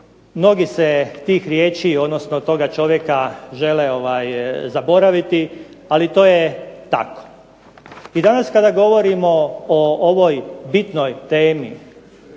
Mnogi se tih riječi, odnosno toga čovjeka žele zaboraviti, ali to je tako. I danas kada govorimo o ovoj bitnoj temi